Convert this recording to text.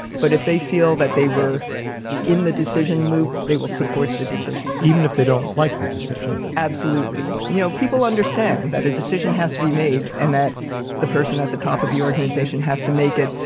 but if they feel that they were in the decision loop, they will support the decision. even if they don't like the decision. absolutely. you know, people understand that a decision has to be made and that the person at the top of the organization has to make it.